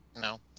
No